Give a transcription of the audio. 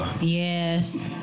Yes